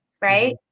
right